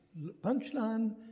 punchline